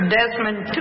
Desmond